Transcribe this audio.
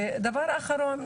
דבר אחרון.